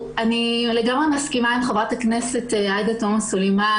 אני לגמרי מסכימה עם חברת הכנסת עאידה תומא סלימאן